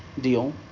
deal